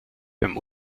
beim